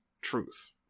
truth